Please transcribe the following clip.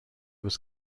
was